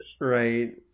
right